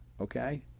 okay